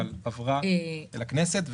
אבל עברה לכנסת.